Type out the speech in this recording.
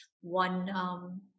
one